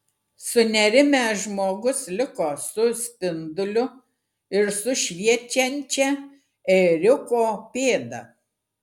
sunerimęs žmogus liko su spinduliu ir su šviečiančia ėriuko pėda